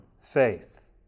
faith